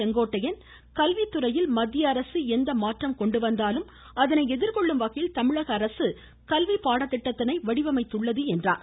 செங்கோட்டையன் கல்வித்துறையில் மத்திய அரசு எந்த மாற்றம் கொண்டுவந்தாலும் அதனை எதிர்கொள்ளும் வகையில் தமிழக அரசு கல்வி பாடதிட்டத்தினை வடிவமைத்துள்ளது என்றார்